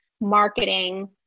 marketing